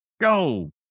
Go